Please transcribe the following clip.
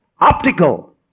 optical